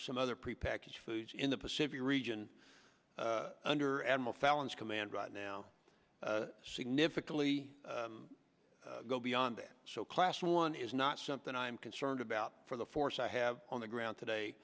are some other prepackaged foods in the pacific region under admiral fallon's command right now significantly go beyond that so class one is not something i'm concerned about for the force i have on the ground today